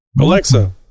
Alexa